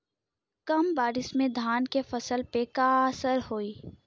कम बारिश में धान के फसल पे का असर होई?